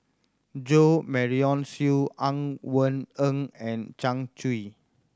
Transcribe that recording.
Jo Marion Seow Ang Wei Neng and Zhang Hui